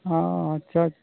ᱦᱮᱸ ᱟᱪᱪᱷᱟ